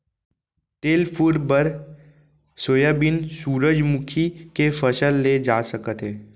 तेल फूल बर सोयाबीन, सूरजमूखी के फसल ले जा सकत हे